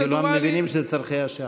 כולם מבינים שאלה צורכי השעה.